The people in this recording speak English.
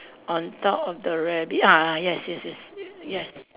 on top of the rabbit ah yes yes yes yes